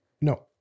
no